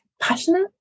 passionate